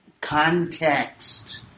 Context